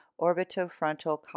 orbitofrontal